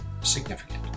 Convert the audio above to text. significant